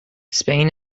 spain